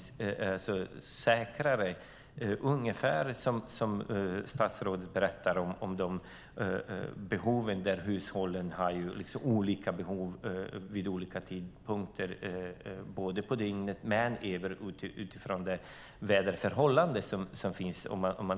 Det är ungefär som statsrådet berättar om, att hushållen har olika behov av direktverkande el vid olika tidpunkter under dygnet och även utifrån väderförhållandena.